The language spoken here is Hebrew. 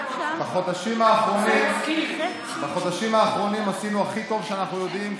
בחודשים האחרונים עשינו הכי טוב שאנחנו יודעים,